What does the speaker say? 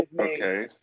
Okay